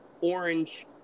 orange